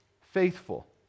faithful